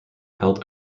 held